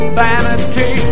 vanity